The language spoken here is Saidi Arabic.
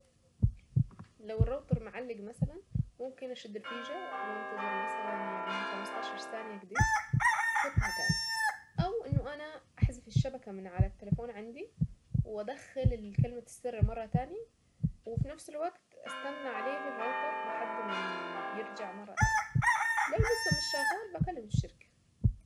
لو الراوتر معلق مثلا ممكن اشد الفيشة وانتظر مثلا يعني خمسة عشر ثانية كده واحطها تاني او انه انا احذف الشبكة من على التليفون عندي وادخل كلمة السر مرة تاني وفي نفس الوقت استنى عليه الراوتر لحد ما يرجع مرة تانية لو لسه مش شغال بكلم الشركة.